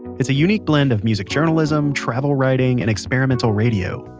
it's a unique blend of music journalism, travel writing and experimental radio.